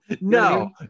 No